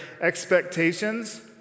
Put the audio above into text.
expectations